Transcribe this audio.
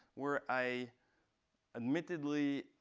where i admittedly